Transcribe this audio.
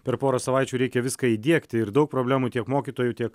per porą savaičių reikia viską įdiegti ir daug problemų tiek mokytojų tiek